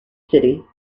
city